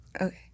Okay